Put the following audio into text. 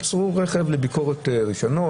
עצרו רכב לביקורת רישיונות,